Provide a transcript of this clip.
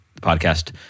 podcast